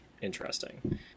interesting